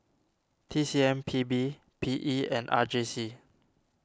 T C M P B P E and R J C